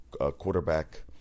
quarterback